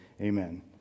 Amen